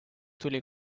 tuli